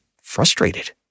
frustrated